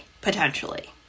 potentially